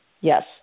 Yes